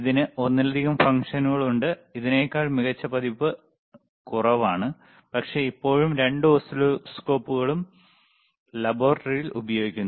ഇതിന് ഒന്നിലധികം ഫംഗ്ഷനുകളുണ്ട് ഇതിനെക്കാൾ മികച്ച പതിപ്പ് കുറവാണ് പക്ഷേ ഇപ്പോഴും രണ്ട് ഓസിലോസ്കോപ്പുകളും ലബോറട്ടറിയിൽ ഉപയോഗിക്കുന്നു